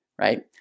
right